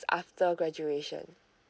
after graduation